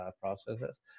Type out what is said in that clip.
processes